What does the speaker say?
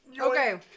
Okay